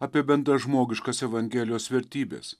apie bendražmogiškas evangelijos vertybes